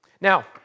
Now